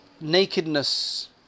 nakedness